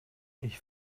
ich